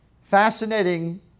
Fascinating